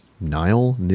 Nile